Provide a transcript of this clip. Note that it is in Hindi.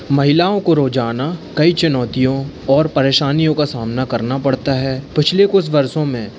महिलाओं को रोज़ाना कई चुनौतियों और परेशानियों का सामना करना पड़ता है पिछले कुछ वर्षों में